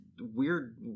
weird